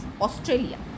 Australia